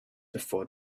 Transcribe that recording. before